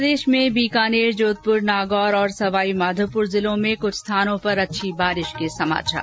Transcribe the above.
प्रदेश में बीकानेर जोधपुर नागौर और सवाई माधोपुर जिलों में कुछ स्थानों पर अच्छी बारिश के समाचार